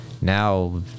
Now